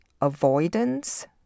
avoidance